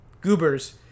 goobers